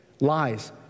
lies